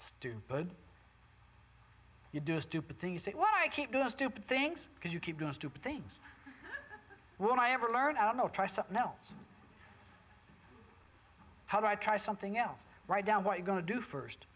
stupid you do stupid things that what i keep doing stupid things because you keep doing stupid things when i ever learn i don't know try something else how do i try something else write down what you're going to do first